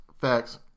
Facts